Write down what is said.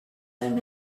them